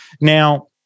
Now